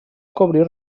cobrir